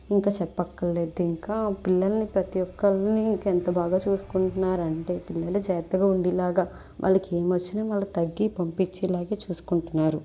ఇంక చెప్పక్కర్లేద్దు ఇంక పిల్లల్ని ప్రతీ ఒక్కరినీ ఇంక ఎంత బాగా చూసుకుంటున్నారు అంటే పిల్లలు జాగ్రత్తగా ఉండేలాగా వాళ్ళకు ఏమీ వచ్చినా వాళ్ళకు తగ్గి పంపించేలాగే చూసుకుంటున్నారు